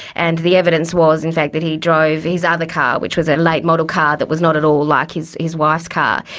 and the evidence was in fact that he drove his ah other car, which was a late model car that was not at all like his his wife's car.